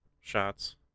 shots